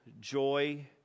joy